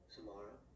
Tomorrow